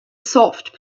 soft